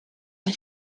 had